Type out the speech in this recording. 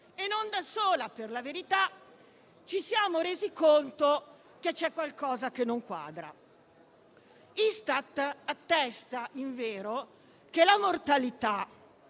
e, non da sola per la verità, ci siamo resi conto che c'è qualcosa che non quadra. L'Istat attesta, invero, che la mortalità